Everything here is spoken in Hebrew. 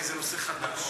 כי זה נושא חדש,